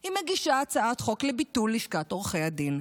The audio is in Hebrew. היא מגישה הצעת חוק לביטול לשכת עורכי הדין,